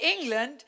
England